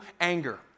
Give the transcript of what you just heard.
Anger